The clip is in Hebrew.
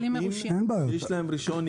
אני מדבר על כלי שיש לו רישיון נהיגה.